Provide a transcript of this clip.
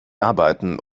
arbeiten